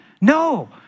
No